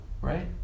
right